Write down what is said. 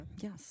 Yes